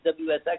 WSX